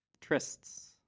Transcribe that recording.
Trysts